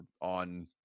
on